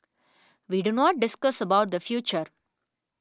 we do not discuss the future